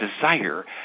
desire